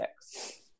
six